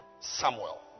Samuel